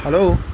hello